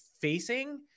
facing